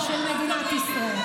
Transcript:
אבל היא שקרנית.